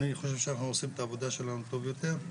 אני חושב שאנחנו עושים את העבודה שלנו טוב יותר,